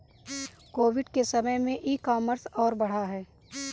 Covid के समय में ई कॉमर्स और बढ़ा है